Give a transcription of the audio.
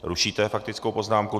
Rušíte faktickou poznámku.